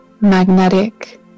magnetic